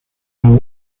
los